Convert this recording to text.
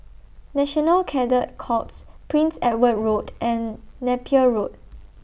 National Cadet Corps Prince Edward Road and Napier Road